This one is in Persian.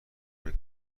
همین